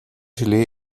gelee